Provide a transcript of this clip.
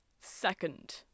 second